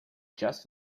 just